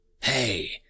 Hey